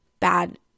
bad